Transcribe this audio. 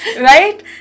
right